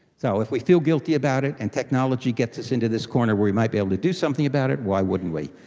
so if we feel guilty about it and technology gets us into this corner where we might be able to do something about it, why wouldn't we?